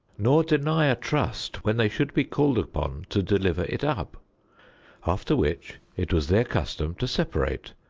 nor deny a trust when they should be called upon to deliver it up after which it was their custom to separate,